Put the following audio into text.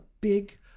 big